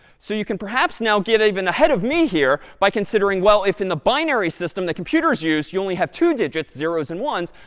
so you can perhaps now get even ahead of me here by considering, well, if in the binary system that computers use, you only have two digits, zeros and ones,